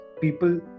people